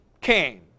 came